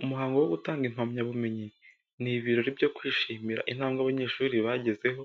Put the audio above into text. Umuhango wo gutanga impamyabumenyi; ni ibirori byo kwishimira intambwe abanyeshuri bagezeho.